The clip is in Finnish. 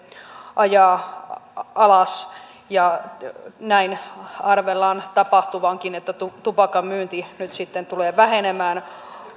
ajaa alas ja näin arvellaan tapahtuvankin että tupakan myynti nyt sitten tulee vähenemään